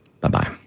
Bye-bye